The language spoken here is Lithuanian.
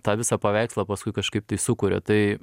tą visą paveikslą paskui kažkaip tai sukuria tai